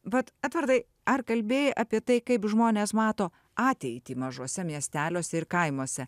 vat edvardai ar kalbėjai apie tai kaip žmonės mato ateitį mažuose miesteliuose ir kaimuose